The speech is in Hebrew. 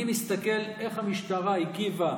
אני מסתכל איך המשטרה הגיבה